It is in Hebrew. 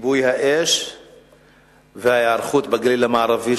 כיבוי האש וההיערכות בנושא זה בגליל המערבי,